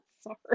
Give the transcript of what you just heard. Sorry